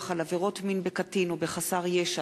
על עבירות מין בקטין או בחסר ישע),